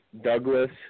Douglas